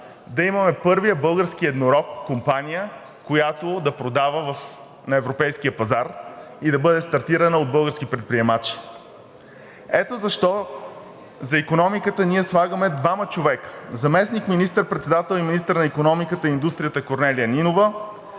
да имаме първия български „еднорог“– компания, която да продава на европейския пазар и да бъде стартирана от български предприемачи. Ето защо за икономиката ние слагаме двама човека – заместник министър-председател и министър на икономиката и индустрията Корнелия Нинова,